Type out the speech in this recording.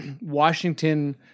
Washington